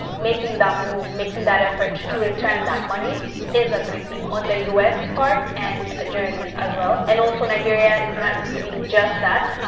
making that move, making that effort to return that money is a great thing on the u s. part and jersey, as well. and also, nigeria is not receiving just that.